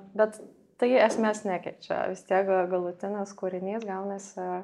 bet tai esmės nekeičia vis tiek galutinis kūrinys gaunasi